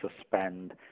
suspend